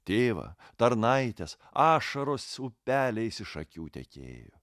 tėvą tarnaites ašaros upeliais iš akių tekėjo